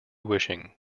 wishing